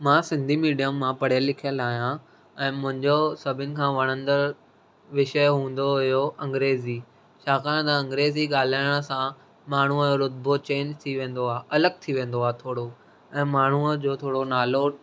मां सिंधी मीडियम मां पढ़ियल लिखियल आहियां ऐं मुंहिंजो सभिनि खां वणंदड़ विषय हूंदो हुओ अंग्रेजी छाकाणि त अंग्रेजी ॻाल्हाइण सां माण्हूअ जो रूतबो चैंज थी वेंदो आहे अलॻि थी वेंदो आहे थोरो ऐं माण्हूअ जो थोरो नालो